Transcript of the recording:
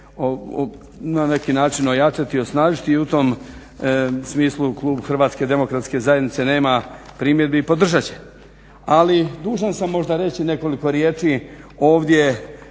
na neki način ojačati i osnažiti i u tom smislu klub HDZ-a nema primjedbi i podržat će. Ali, dužan sam možda reći nekoliko riječi ovdje